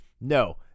no